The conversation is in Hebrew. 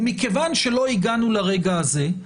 ומכיוון שלא הגענו לרגע הזה,